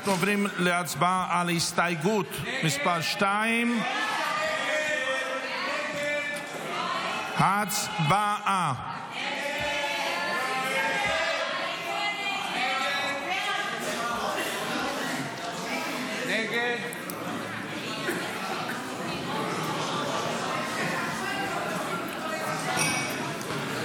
אנחנו עוברים להצבעה על הסתייגות מס' 2. הצבעה.